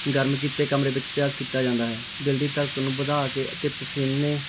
ਗਰਮ ਕੀਤੇ ਕਮਰੇ ਵਿੱਚ ਅਭਿਆਸ ਕੀਤਾ ਜਾਂਦਾ ਹੈ ਦਿਲ ਦੀ ਧੜਕਣ ਨੂੰ ਵਧਾ ਕੇ ਅਤੇ ਪਸੀਨੇ